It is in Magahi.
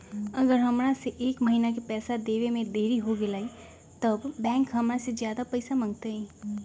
अगर हमरा से एक महीना के पैसा देवे में देरी होगलइ तब बैंक हमरा से ज्यादा पैसा मंगतइ?